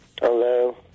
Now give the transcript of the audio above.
Hello